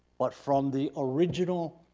but from the original